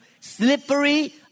slippery